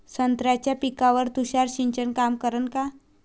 संत्र्याच्या पिकावर तुषार सिंचन काम करन का?